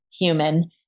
human